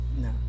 No